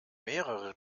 mehrere